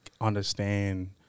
understand